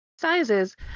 sizes